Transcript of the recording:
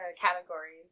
categories